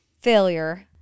failure